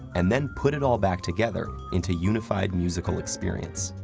and then put it all back together into unified musical experience.